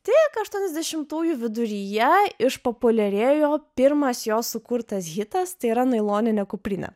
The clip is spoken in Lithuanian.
tik aštuonesdešimtųjų viduryje išpopuliarėjo jo pirmas jos sukurtas hitas tai yra nailoninė kuprinė